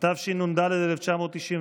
התשנ"ד 1994,